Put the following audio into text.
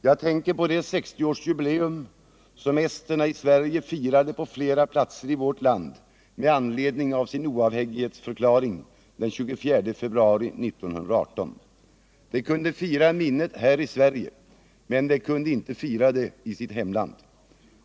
Jag tänker på det 60-årsjubileum som esterna i Sverige firade på flera platser i vårt land med anledning av sin oavhängighetsförklaring den 24 februari 1918. De kunde fira minnet här i Sverige, men de kunde inte fira det i sitt hemland.